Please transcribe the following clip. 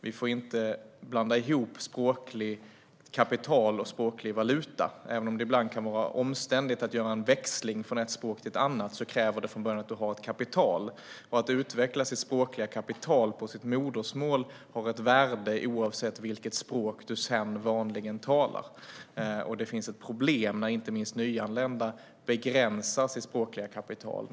Vi får inte blanda ihop språkligt kapital och språklig valuta. Även om det ibland kan vara omständligt att växla från ett språk till ett annat krävs det att det från början finns ett kapital. Att utveckla sitt språkliga kapital på sitt modersmål har ett värde oavsett vilket språk du sedan vanligen talar. Det finns ett problem när inte minst nyanlända begränsar sitt språkliga kapital.